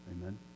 Amen